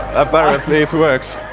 apparently it works!